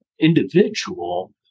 individual